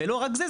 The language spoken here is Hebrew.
ולא רק זה,